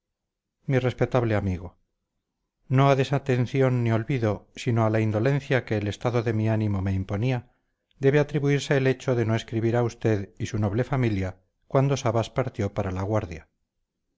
mi respetable amigo no a desatención ni olvido sino a la indolencia que el estado de mi ánimo me imponía debe atribuirse el hecho de no escribir a usted y su noble familia cuando sabas partió para la guardia